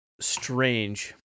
strange